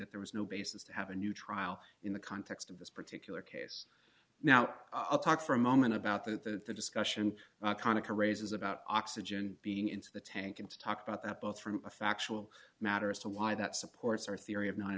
that there was no basis to have a new trial in the context of this particular case now i'll talk for a moment about the discussion konica raises about oxygen being into the tank and to talk about that both from a factual matter as to why that supports our theory of n